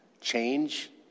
change